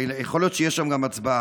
יכול להיות שיש שם גם הצבעה.